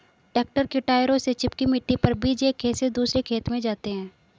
tractor के टायरों से चिपकी मिट्टी पर बीज एक खेत से दूसरे खेत में जाते है